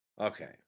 Okay